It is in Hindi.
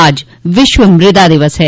आज विश्व मृदा दिवस है